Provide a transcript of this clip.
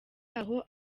aho